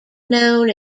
known